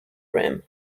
rim